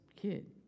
kid